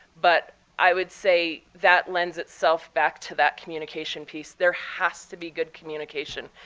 but i would say that lends itself back to that communication piece. there has to be good communication.